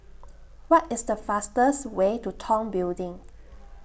What IS The fastest Way to Tong Building